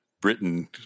Britain